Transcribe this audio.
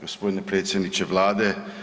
Gospodine predsjedniče Vlade.